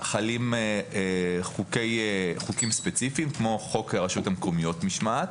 חלים חוקים ספציפיים כמו חוק הרשויות המקומיות (משמעת),